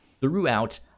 throughout